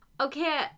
Okay